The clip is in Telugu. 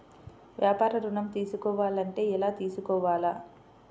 వ్యాపార ఋణం తీసుకోవాలంటే ఎలా తీసుకోవాలా?